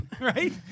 right